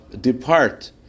depart